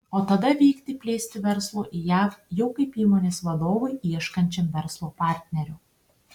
o tada vykti plėsti verslo į jav jau kaip įmonės vadovui ieškančiam verslo partnerių